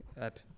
app